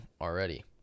already